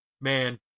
man